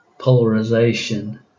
polarization